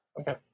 Okay